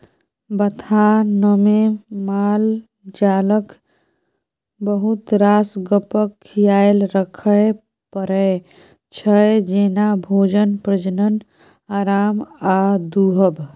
बथानमे मालजालक बहुत रास गप्पक खियाल राखय परै छै जेना भोजन, प्रजनन, आराम आ दुहब